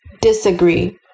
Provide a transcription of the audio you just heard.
Disagree